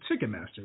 Ticketmaster